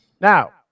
Now